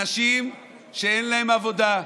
אנשים שאין להם עבודה,